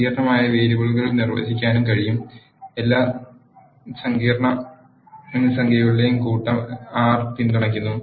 സങ്കീർണ്ണമായ വേരിയബിളുകൾ നിർവചിക്കാനും കഴിയും എല്ലാ സങ്കീർണ്ണ സംഖ്യകളുടെയും കൂട്ടം R പിന്തുണയ്ക്കുന്നു